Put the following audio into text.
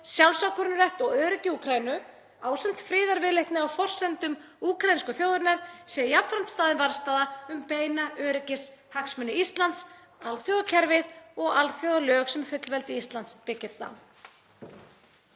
sjálfsákvörðunarrétt og öryggi Úkraínu, ásamt friðarviðleitni á forsendum úkraínsku þjóðarinnar, sé jafnframt staðin varðstaða um beina öryggishagsmuni Íslands, alþjóðakerfið og alþjóðalög sem fullveldi Íslands byggjast